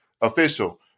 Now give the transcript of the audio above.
Official